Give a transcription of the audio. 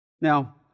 Now